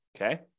Okay